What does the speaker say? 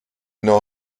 n’en